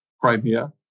Crimea